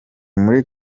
muri